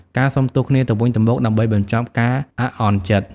ការសុំទោសគ្នាទៅវិញទៅមក ដើម្បីបញ្ចប់ការអាក់អន់ចិត្ត។